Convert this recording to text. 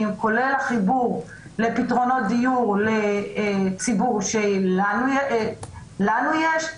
כולל החיבור לפתרונות דיור לציבור שלנו יש,